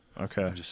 Okay